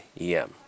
EM